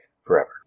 forever